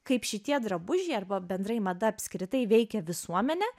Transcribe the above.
kaip šitie drabužiai arba bendrai mada apskritai veikia visuomenę